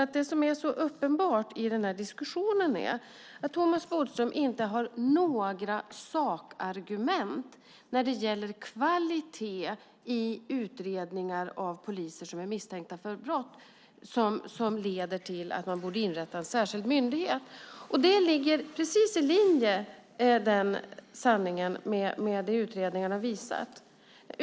Det som är så uppenbart i den här diskussionen är att Thomas Bodström när det gäller kvalitet i utredningar av poliser som är misstänkta för brott inte har några sakargument för att inrätta en särskild myndighet. Det ligger precis i linje med vad utredningarna visat.